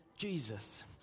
Jesus